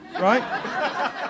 Right